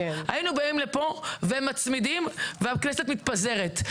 היינו באים לפה ומצמידים, והכנסת מתפזרת.